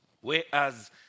Whereas